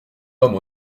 hommes